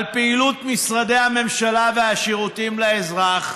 על פעילות משרדי הממשלה והשירותים לאזרח,